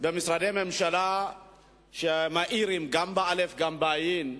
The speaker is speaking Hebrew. במשרדי הממשלה שמעירים, גם באל"ף וגם בעי"ן,